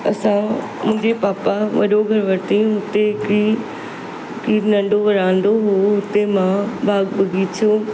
असां मुंहिंजे पापा वॾो घर वरितईं हुते हिकिड़ी हिकिड़ी नंढो वरांडो हो हुते मां बाग बगीचो